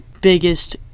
biggest